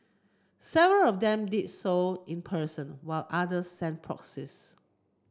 several of them did so in person while others sent proxies